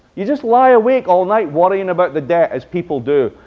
you just lie awake all night worrying about the debt, as people do.